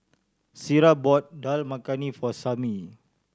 Sierra bought Dal Makhani for Samie